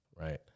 Right